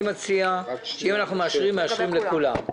אני מציע שאם אנחנו מאשרים אז מאשרים לכולם.